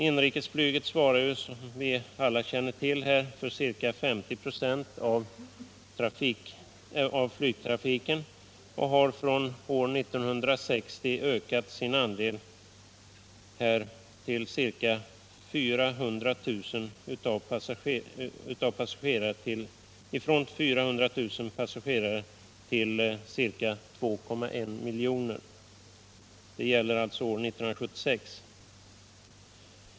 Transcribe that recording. Inrikesflyget svarar, som vi alla känner till, för ca 50 926 av flygtrafiken och har från år 1960 ökat sin andel från ca 400 000 avresande passagerare till ca 2,1 miljoner passagerare år 1976.